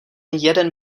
jeden